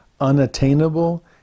unattainable